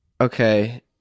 Okay